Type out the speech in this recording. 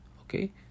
okay